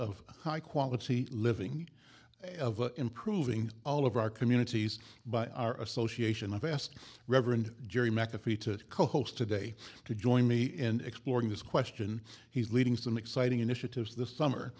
of high quality living and of improving all of our communities by our association of vest reverend jerry mcafee to co host today to join me in exploring this question he's leading some exciting initiatives this summer